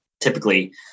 typically